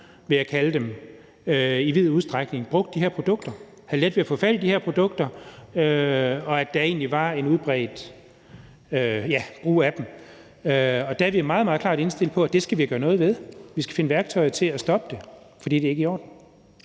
vil jeg kalde dem – i vid udstrækning bruger de her produkter. De har let ved at få fat i de her produkter, og der er en udbredt brug af dem. Der er vi meget klart indstillet på, at det skal vi gøre noget ved. Vi skal finde værktøjer til at stoppe det, for det er ikke i orden.